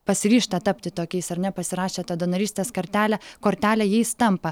pasiryžta tapti tokiais ar ne pasirašę tą donorystės kartelę kortelę jais tampa